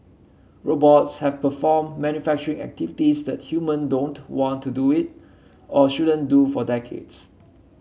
robots have performed manufacturing activities that human don't want to do it or shouldn't do for decades